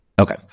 Okay